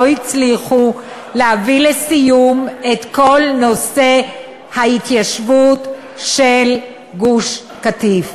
הצליחו להביא לסיום את כל נושא ההתיישבות של גוש-קטיף,